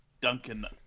Duncan